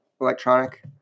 electronic